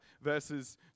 verses